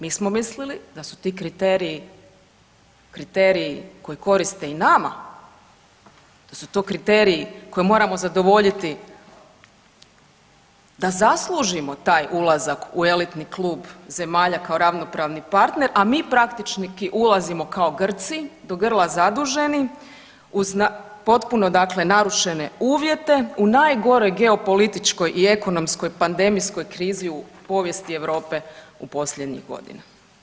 Mi smo mislili da su ti kriteriji koji koriste i nama, da su to kriteriji koje moramo zadovoljiti da zaslužimo taj ulazak u elitni klub zemalja kao ravnopravni partner, a mi praktički ulazimo kao Grci do grla zaduženi uz potpuno, dakle narušene uvjete u najgoroj geopolitičkoj i ekonomskoj pandemijskoj krizi u povijesti Europe posljednjih godina.